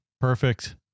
perfect